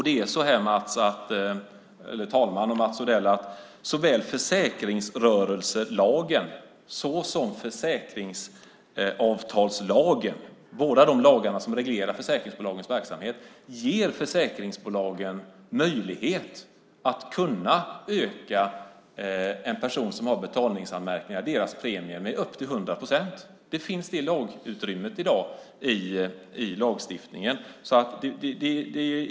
Det är så, fru talman och Mats Odell, att såväl försäkringsrörelselagen som försäkringsavtalslagen, de båda lagar som reglerar försäkringsbolagens verksamhet, ger försäkringsbolagen möjlighet att öka premien för personer som har betalningsanmärkningar med upp till 100 procent. Det finns i dag utrymme för detta i lagstiftningen.